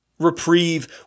Reprieve